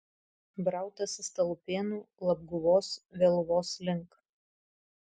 brautasi stalupėnų labguvos vėluvos link